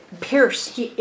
Pierce